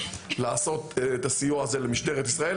לעשות את הסיוע הזה למשטרת ישראל,